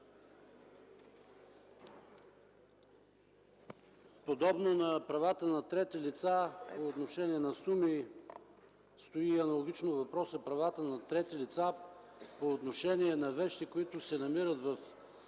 Подобно на правата на трети лица по отношение на суми стои аналогично и въпросът за правата на трети лица по отношение на вещи, които се намират в